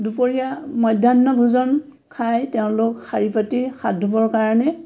দুপৰীয়া মধ্যাহ্ন ভোজন খাই তেওঁলোক শাৰী পাতি হাত ধুবৰ কাৰণে